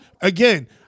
Again